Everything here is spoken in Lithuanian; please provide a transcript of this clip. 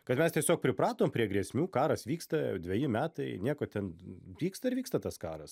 kad mes tiesiog pripratom prie grėsmių karas vyksta dveji metai nieko ten vyksta ir vyksta tas karas